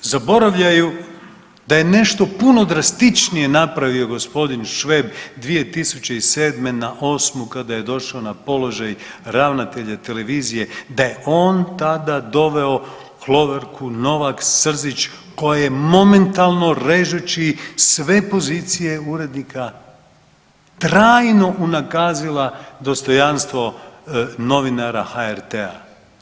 Ali, ljudi zaboravljaju da je nešto puno drastičnije napravio g. Šveb 2007. na '08. kada je došao na položaj ravnatelja televizije, da je on tada doveo Hloverku Novak Srzić, koja je momentalno režući sve pozicije urednika, trajno unakazila dostojanstvo novinara HRT-a.